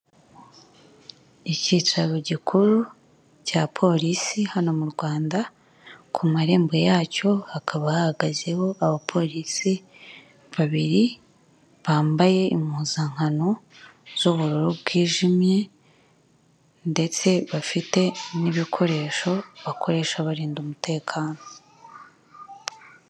Icyicaro gikuru cya polisi hano mu Rwanda, ku marembo yacyo hakaba hahagazeho abapolisi babiri bambaye impuzankano z'ubururu bwijimye, ndetse bafite n'ibikoresho bakoresha barinda umutekano.